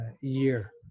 year